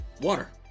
Water